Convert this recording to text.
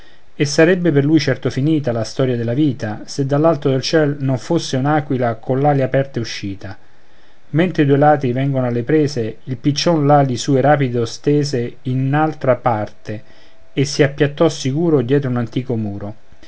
e sarebbe per lui certo finita la storia della vita se dall'alto del ciel non fosse un'aquila coll'ali aperte uscita mentre i due ladri vengono alle prese il piccion l'ali sue rapido stese in altra parte e si appiattò sicuro dietro un antico muro